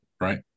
right